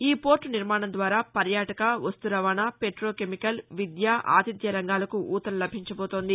ఈ పోర్ట నిర్మాణం ద్వారా పర్యాటక వస్తు రవాణా పెట్రో కెమికల్ విద్య ఆతిథ్య రంగాలకు ఊతం లభించబోతోంది